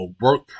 work